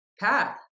path